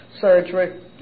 surgery